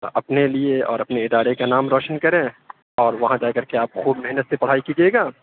اپنے لیے اور اپنے اِدارے كا نام روشن كریں اور وہاں جا کر کے آپ خوب محنت سے پڑھائی کیجیے گا